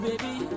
Baby